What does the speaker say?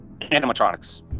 Animatronics